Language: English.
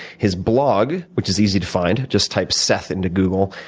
his blog, which is easy to find just type seth into google,